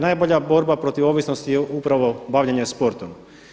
Najbolja borba protiv ovisnosti je upravo bavljenje sportom.